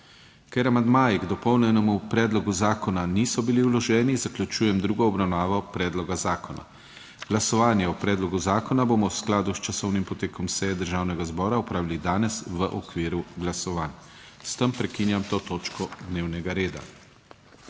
Ker amandmaji k dopolnjenemu predlogu zakona niso bili vloženi, zaključujem drugo obravnavo predloga zakona. Glasovanje o predlogu zakona bomo v skladu s časovnim potekom seje Državnega zbora opravili danes v okviru glasovanj. S tem prekinjam to točko dnevnega reda.